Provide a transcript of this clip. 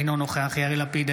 אינו נוכח יאיר לפיד,